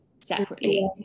separately